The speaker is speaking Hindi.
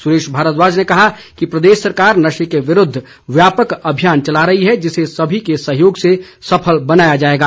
सुरेश भारद्वाज ने कहा कि प्रदेश सरकार नशे के विरूद्व व्यापक अभियान चला रही है जिसे सभी के सहयोग से सफल बनाया जाएगा